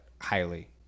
highly